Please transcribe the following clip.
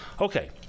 okay